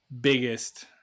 biggest